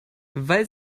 weil